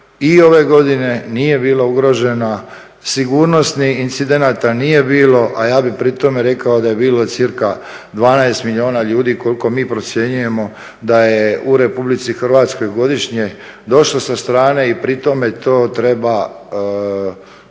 i ove godine nije bila ugrožena, sigurnosnih incidenata nije bilo a ja bih pri tome rekao da je bilo cca. 12 milijuna ljudi koliko mi procjenjujemo da je u Republici Hrvatskoj došlo sa strane i pri tome to treba